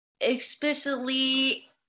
explicitly